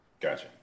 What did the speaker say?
Gotcha